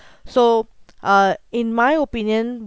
so uh in my opinion